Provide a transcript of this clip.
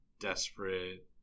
desperate